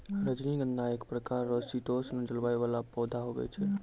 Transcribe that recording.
रजनीगंधा एक प्रकार रो शीतोष्ण जलवायु वाला पौधा हुवै छै